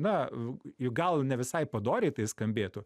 na u juk gal ne visai padoriai tai skambėtų